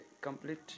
complete